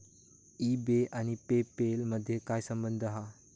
E बे आणि PayPal मधे काय संबंध हा?